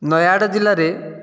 ନାୟାଗଡ଼ ଜିଲ୍ଲାରେ